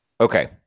okay